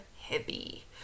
heavy